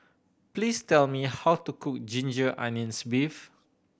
please tell me how to cook ginger onions beef